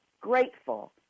Grateful